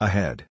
Ahead